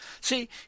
See